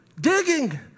digging